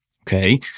okay